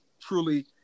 truly